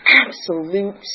absolute